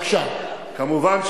(חבר הכנסת מיכאל בן-ארי יוצא מאולם המליאה.) כמובן,